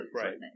right